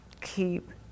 keep